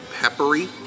peppery